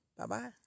Bye-bye